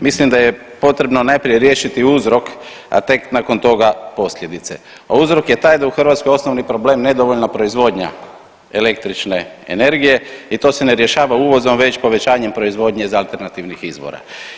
Mislim da je potrebno najprije riješiti uzrok, a tek nakon toga posljedice, a uzrok je taj da je u Hrvatskoj osnovni problem nedovoljna proizvodnja električne energije i to se ne rješava uvozom već povećanjem proizvodnje iz alternativnih izvora.